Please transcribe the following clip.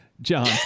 John